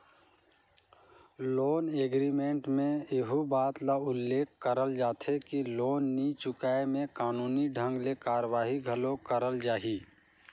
loan agreement में एहू बात कर उल्लेख करल जाथे कि लोन नी चुकाय में कानूनी ढंग ले कारवाही घलो करल जाही